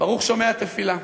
"ברוך שומע תפילה".